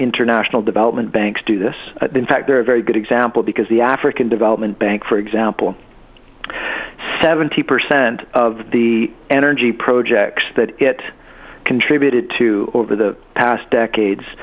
international development banks do this in fact they're a very good example because the african development bank for example seventy percent of the energy projects that it contributed to over the past decades